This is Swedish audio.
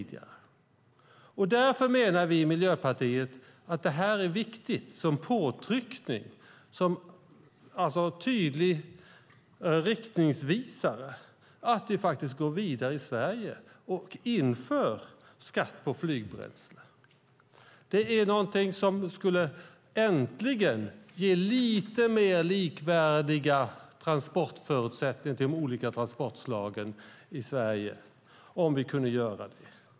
Därför menar vi i Miljöpartiet att det är viktigt som påtryckning, alltså en tydlig riktningsvisare, att vi faktiskt går vidare i Sverige och inför skatt på flygbränsle. Det skulle äntligen ge lite mer likvärdiga förutsättningar för de olika transportslagen i Sverige om vi kunde göra det.